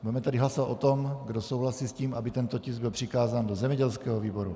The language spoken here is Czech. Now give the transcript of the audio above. Budeme tedy hlasovat o tom, kdo souhlasí s tím, aby tento tisk byl přikázán do zemědělského výboru.